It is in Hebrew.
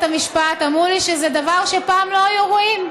המשפט אמרו לי שזה דבר שפעם לא היו רואים,